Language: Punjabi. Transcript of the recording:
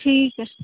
ਠੀਕ ਹੈ